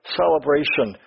celebration